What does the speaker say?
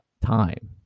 time